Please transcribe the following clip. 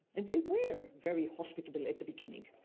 and they were very hospitable at the beginning.